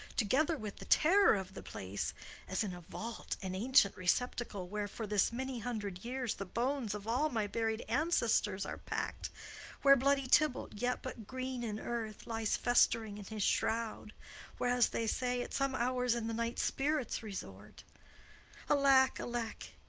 together with the terror of the place as in a vault, an ancient receptacle where for this many hundred years the bones of all my buried ancestors are pack'd where bloody tybalt, yet but green in earth, lies fest'ring in his shroud where, as they say, at some hours in the night spirits resort alack, alack,